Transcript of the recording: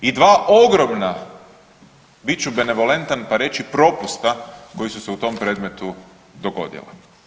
I dva ogromna, biću benevolentan pa reći propusta koji su se u tom predmetu dogodila.